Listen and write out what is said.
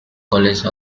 college